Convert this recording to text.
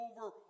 over